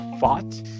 fought